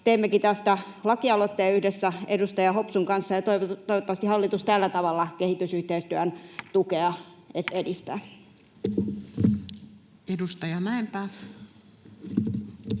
Teimmekin tästä lakialoitteen yhdessä edustaja Hopsun kanssa, ja toivottavasti hallitus tällä tavalla kehitysyhteistyön tukea edistää.